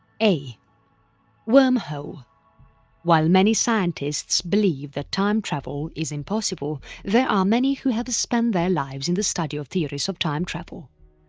a wormhole while many scientists believe that time travel is impossible there are many who have spent their lives in the study of theories of time travel.